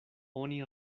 oni